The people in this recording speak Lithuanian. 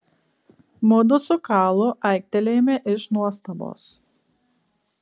mudu su kalu aiktelėjome iš nuostabos